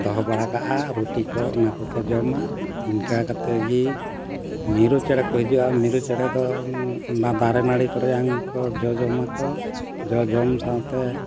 ᱫᱚᱦᱚ ᱵᱟᱲᱟ ᱠᱟᱜᱼᱟ ᱨᱩᱴᱤ ᱠᱚ ᱤᱱᱟᱹ ᱠᱚ ᱠᱚ ᱡᱚᱢᱟ ᱤᱱᱠᱟᱹ ᱠᱟᱛᱮᱫ ᱜᱮ ᱢᱤᱨᱩ ᱪᱮᱬᱮ ᱠᱚ ᱦᱤᱡᱩᱜᱼᱟ ᱢᱤᱨᱩ ᱪᱮᱬᱮ ᱫᱚ ᱚᱱᱟ ᱫᱟᱨᱮ ᱱᱟᱹᱲᱤ ᱠᱚᱨᱮᱭᱟᱜ ᱠᱚ ᱡᱚ ᱡᱚᱢᱟᱠᱚ ᱡᱚ ᱡᱚᱢ ᱥᱟᱶᱛᱮ